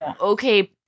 Okay